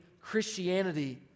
Christianity